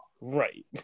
right